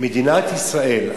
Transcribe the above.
מדינת ישראל,